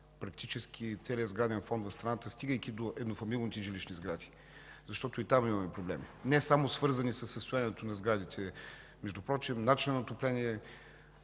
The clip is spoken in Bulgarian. практически целия сграден фонд в страната, стигайки до еднофамилните жилищни сгради, защото и там имаме проблеми, впрочем не само свързани със състоянието на сградите, начинът на отопление.